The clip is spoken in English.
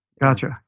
Gotcha